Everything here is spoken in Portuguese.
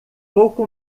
pouco